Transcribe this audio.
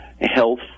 health